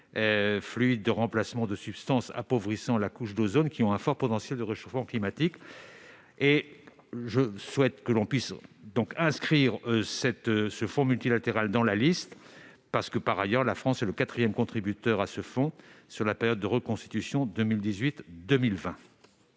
fluides de remplacement de substances appauvrissant la couche d'ozone qui ont un fort potentiel de réchauffement climatique. Je souhaite que l'on puisse inscrire ce fonds multilatéral dans la liste, la France étant le quatrième contributeur à ce fonds sur la période de reconstitution 2018-2020.